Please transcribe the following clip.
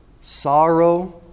sorrow